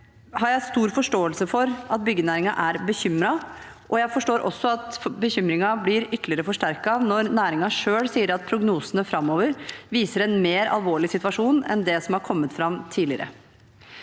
jeg stor forståelse for at byggenæringen er bekymret, og jeg forstår også at bekymringen blir ytterligere forsterket når næringen selv sier at prognosene framover viser en mer alvorlig situasjon enn det som er kommet fram tidligere.